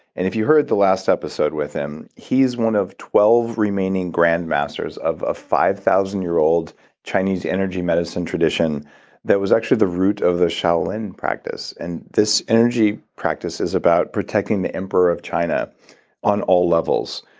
and if you heard the last episode with him, he's one of twelve remaining grand masters of a five thousand year old chinese energy medicine tradition that was actually the root of the shaolin practice. and this energy practice is about protecting the emperor of china on all levels.